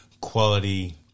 quality